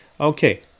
Okay